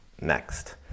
next